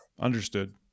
Understood